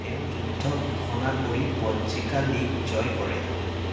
তেওঁ যুদ্ধ ঘোষণা কৰি বজ্জীকা লীগ জয় কৰে